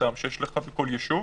שיש לך בכל יישוב,